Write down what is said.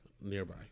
Nearby